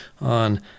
on